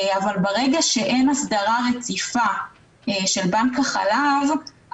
אבל ברגע שאין הסדרה רציפה של בנק החלב,